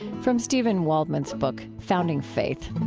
from steven waldman's book founding faith